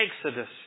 Exodus